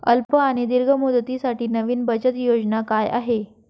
अल्प आणि दीर्घ मुदतीसाठी नवी बचत योजना काय आहे?